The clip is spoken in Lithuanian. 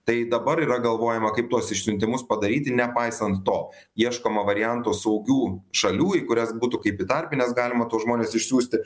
tai dabar yra galvojama kaip tuos išsiuntimus padaryti nepaisant to ieškoma variantų saugių šalių į kurias būtų kaip į tarpines galima tuos žmones išsiųsti